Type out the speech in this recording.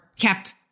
kept